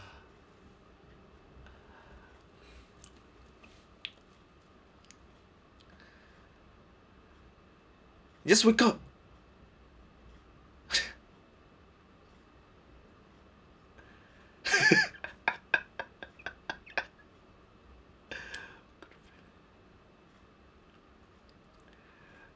just wake up